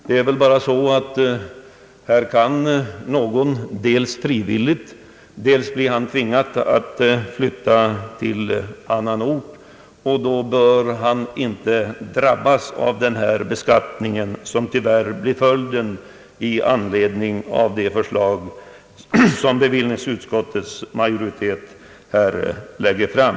Den som flyttar till annan ort, vare sig han gör det frivilligt eller av olika anledningar tvingas därtill, bör inte drabbas av den beskattning som tyvärr blir följden av det förslag som bevillningsutskottets majoritet här lägger fram.